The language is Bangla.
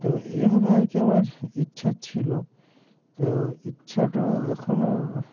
তো এইভাবে আর কি আমার ইচ্ছা ছিল তো ইচ্ছাটাও এখনও